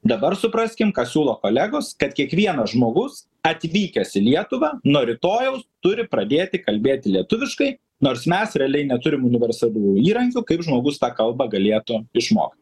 dabar supraskim ką siūlo kolegos kad kiekvienas žmogus atvykęs į lietuvą nuo rytojaus turi pradėti kalbėti lietuviškai nors mes realiai neturim universalių įrankių kaip žmogus tą kalbą galėtų išmokti